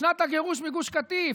שנת הגירוש מגוש קטיף?